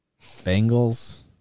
Bengals